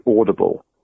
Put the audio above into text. audible